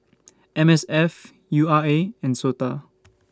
M S F U R A and Sota